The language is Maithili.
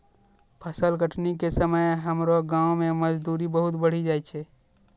फसल कटनी के समय हमरो गांव मॅ मजदूरी बहुत बढ़ी जाय छै